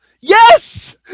Yes